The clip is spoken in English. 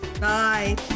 Bye